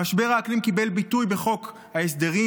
משבר האקלים קיבל ביטוי בחוק ההסדרים,